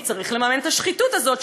כי צריך לממן את השחיתות הזאת,